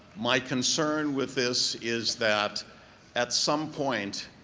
my concern with this is that at some point,